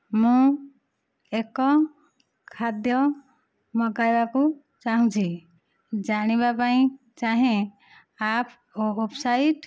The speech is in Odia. ମୁଁ ଏକ ଖାଦ୍ୟ ମଗାଇବାକୁ ଚାଁହୁଛି ଜାଣିବା ପାଇଁ ଚାହେଁ ଆପ୍ ଓ ୱେବସାଇଟ୍